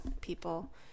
people